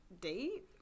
date